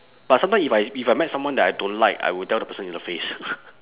but sometime if I if I met someone that I don't like I will tell the person in the face